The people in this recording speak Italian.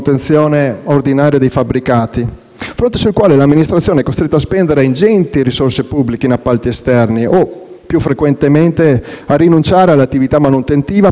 fronte sul quale l'amministrazione è costretta a spendere ingenti risorse pubbliche in appalti esterni o, più frequentemente, a rinunciare all'attività manutentiva per mancanza di risorse.